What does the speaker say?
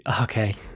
okay